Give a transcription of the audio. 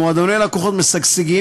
מועדוני הלקוחות משגשגים,